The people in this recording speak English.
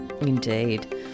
Indeed